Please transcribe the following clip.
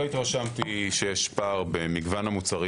לא התרשמתי שיש פער במגוון המוצרים